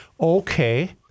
okay